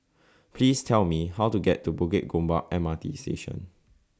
Please Tell Me How to get to Bukit Gombak M R T Station